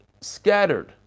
scattered